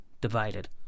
divided